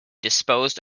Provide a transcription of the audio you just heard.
disposed